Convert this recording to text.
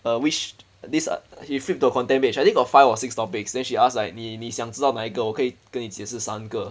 uh which this uh he flip the content page right then got five or six topics then she ask like 你你想知道哪一个我可以跟你解释三个